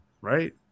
right